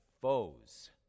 foes